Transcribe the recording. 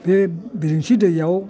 बे बेरेंसि दैआव